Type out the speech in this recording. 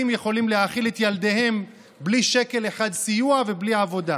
יכולים להאכיל את ילדיהם בלי שקל אחד סיוע ובלי עבודה.